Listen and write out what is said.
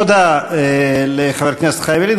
תודה לחבר הכנסת חיים ילין.